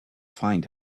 find